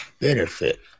benefit